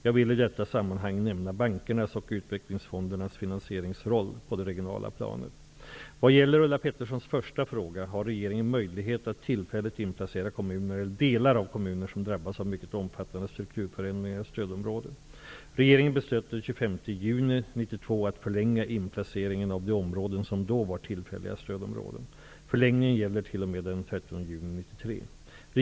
Jag vill i detta sammanhang nämna bankernas och utvecklingsfondernas finansieringsroll på det regionala planet. Vad gäller Ulla Petterssons första fråga har regeringen möjlighet att tillfälligt inplacera kommuner eller delar av kommuner som drabbas av mycket omfattande strukturförändringar i stödområde. Regeringen beslöt den 25 juni 1992 att förlänga inplaceringen av de områden som då var tillfälliga stödområden. Förlängningen gäller t.o.m. den 30 juni 1993.